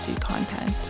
content